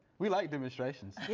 we like demonstrations. yeah